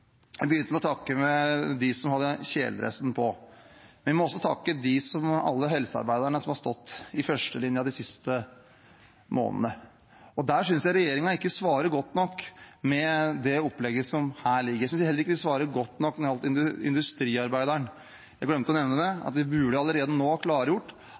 Jeg begynte med å takke dem som hadde kjeledressen på. Vi må også takke alle helsearbeiderne som har stått i førstelinja de siste månedene. Der synes jeg at regjeringen ikke svarer godt nok med det opplegget som ligger her. Jeg synes heller ikke de svarer godt nok når det gjelder industriarbeideren. Jeg glemte å nevne at vi allerede nå burde ha klargjort